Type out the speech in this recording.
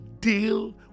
deal